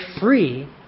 free